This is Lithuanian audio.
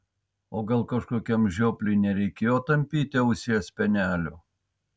o gal kažkokiam žiopliui nereikėjo tampyti ausies spenelio